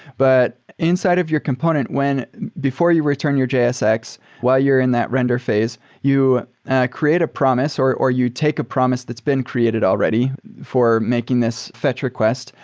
but inside of your component, before you return your gsx while you're in that render phase, you create a promise or or you take a promise that's been created already for making this fetch request.